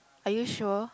are you sure